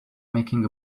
making